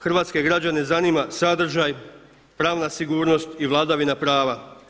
Hrvatske građane zanima sadržaj, pravna sigurnost i vladavina prava.